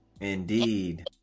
Indeed